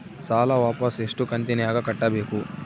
ಸಾಲ ವಾಪಸ್ ಎಷ್ಟು ಕಂತಿನ್ಯಾಗ ಕಟ್ಟಬೇಕು?